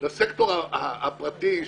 לסקטור הפרטי,